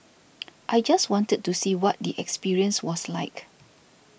i just wanted to see what the experience was like